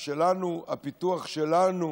העגבנייה שלנו, הפיתוח שלנו